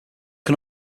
can